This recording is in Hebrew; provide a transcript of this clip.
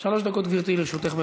שלוש דקות, גברתי, לרשותך.